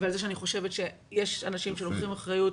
ועל זה שאני חושבת שיש אנשים שלוקחים אחריות,